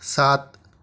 سات